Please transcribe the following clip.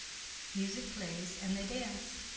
music plays, and they dance.